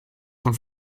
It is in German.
von